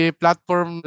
platform